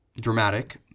dramatic